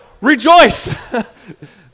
Rejoice